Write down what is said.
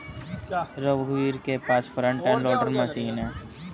रघुवीर के पास फ्रंट एंड लोडर मशीन है